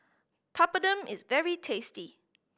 papadum is very tasty